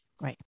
Right